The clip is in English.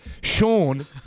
Sean